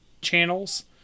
channels